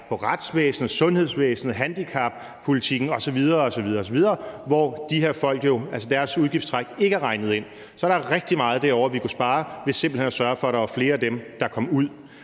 på retsvæsenet, sundhedsvæsenet, handicappolitikken osv. osv., hvor de her folks udgiftstræk jo ikke er regnet ind. Så der er rigtig meget, vi kunne spare ved simpelt hen at sørge for, at der var flere af dem, der kom ud.